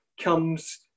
comes